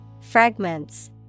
Fragments